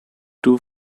two